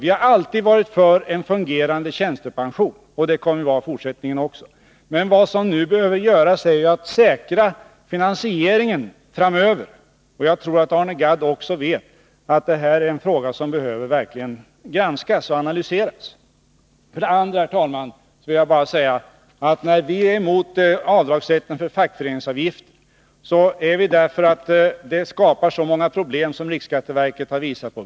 Vi har alltid varit för ett fungerande tjänstepensionssystem — och det kommer vi att vara också i fortsättningen. Vad vi nu behöver göra är att säkra finansieringen framöver. Jag tror att också Arne Gadd vet att detta är en fråga som verkligen behöver granskas och analyseras. För det andra: Vi är emot avdragsrätten för fackföreningsavgifter därför att den skapar så många problem, vilket också riksskatteverket har visat.